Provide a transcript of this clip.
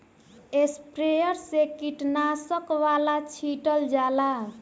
sprayer से कीटनाशक वाला छीटल जाला